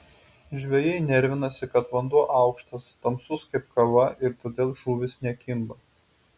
žvejai nervinasi kad vanduo aukštas tamsus kaip kava ir todėl žuvys nekimba